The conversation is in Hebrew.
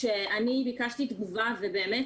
כשאני ביקשתי תגובה ובאמת